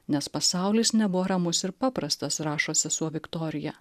nes pasaulis nebuvo ramus ir paprastas rašo sesuo viktorija